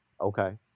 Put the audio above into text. Okay